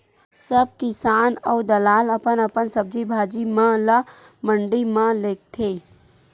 सब किसान अऊ दलाल अपन अपन सब्जी भाजी म ल मंडी म लेगथे